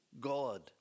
God